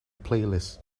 playlist